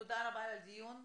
תודה רבה על הדיון.